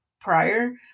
prior